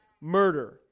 murder